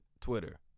Twitter